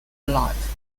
life